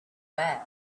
bad